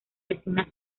designa